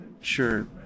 Sure